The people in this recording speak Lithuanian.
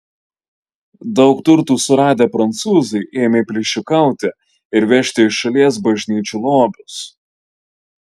daug turtų suradę prancūzai ėmė plėšikauti ir vežti iš šalies bažnyčių lobius